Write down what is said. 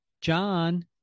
John